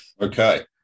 Okay